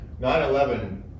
9-11